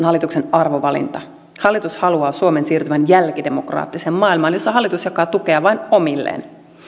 hallituksen arvovalinta hallitus haluaa suomen siirtyvän jälkidemokraattiseen maailmaan jossa hallitus jakaa tukea vain omilleen